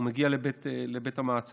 הוא מגיע לבית המעצר.